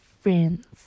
friends